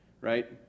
right